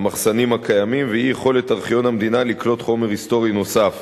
המחסנים הקיימים ואי-יכולת ארכיון המדינה לקלוט חומר היסטורי נוסף.